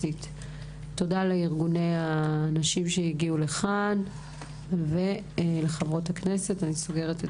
תודה לארגוני הנשים שהגיעו לכאן ולחברות הכנסת שהגיעו לישיבה.